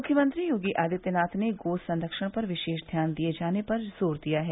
मुख्यमंत्री योगी आदित्यनाथ ने गो संख्यण पर विशेष ध्यान दिए जाने पर जोर दिया है